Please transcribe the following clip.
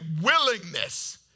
willingness